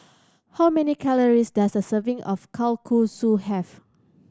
how many calories does a serving of Kalguksu have